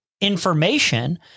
information